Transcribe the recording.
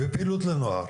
בפעילות לנוער,